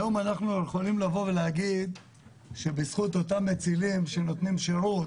היום אנחנו יכולים לבוא ולהגיד שבזכות אותם מצילים שנותנים שירות,